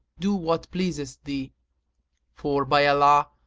do what pleaseth thee for, by allah,